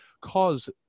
cause